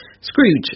Scrooge